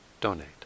donate